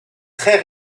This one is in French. très